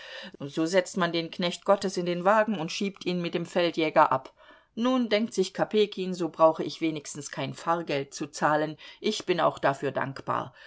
so setzt man den knecht gottes in den wagen und schiebt ihn mit dem feldjäger ab nun denkt sich kopejkin so brauche ich wenigstens kein fahrgeld zu zahlen ich bin auch dafür dankbar